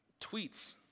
tweets